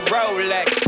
Rolex